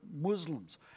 Muslims